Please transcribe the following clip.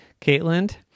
Caitlin